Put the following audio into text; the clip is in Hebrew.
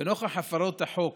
ונוכח הפרות החוק